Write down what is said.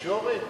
התקשורת?